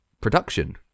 production